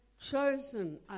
chosen